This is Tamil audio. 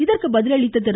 இதற்கு பதிலளித்த திரு